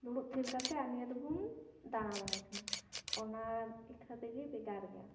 ᱫᱩᱲᱩᱵ ᱛᱷᱤᱨ ᱠᱟᱛᱮ ᱟᱨ ᱱᱤᱭᱟᱹ ᱫᱚᱵᱚᱱ ᱫᱟᱲᱟᱵᱟᱲᱟᱭ ᱠᱟᱱᱟ ᱚᱱᱟ ᱤᱠᱷᱟᱹ ᱛᱮᱜᱮ ᱵᱷᱮᱜᱟᱨ ᱜᱮᱭᱟ